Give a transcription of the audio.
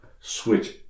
switch